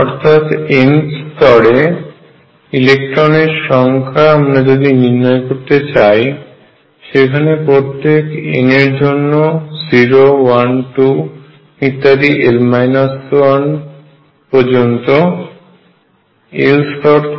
অর্থাৎ nth স্তরে এ ইলেকট্রনের সংখ্যা আমরা যদি নির্ণয় করতে চাই সেখানে প্রত্যেকে n এর জন্য 0 1 2 l স্তর থেকে